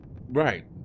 Right